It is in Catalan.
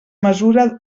mesura